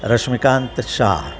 Rashmikant Shah